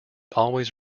always